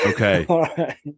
okay